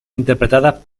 interpretadas